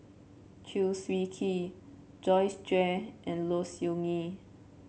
Chew Swee Kee Joyce Jue and Low Siew Nghee